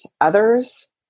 others